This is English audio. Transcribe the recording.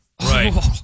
Right